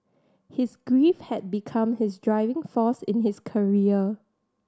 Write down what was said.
his grief had become his driving force in his career